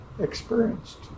experienced